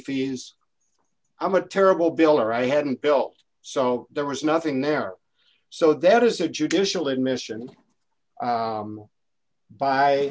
fees i'm a terrible bill or i hadn't built so there was nothing there so that is a judicial admission